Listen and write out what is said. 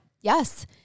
Yes